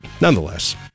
nonetheless